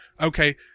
okay